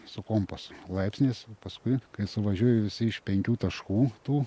su kompaso laipsniais o paskui kai suvažiuoja visi iš penkių taškų tų